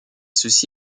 ceci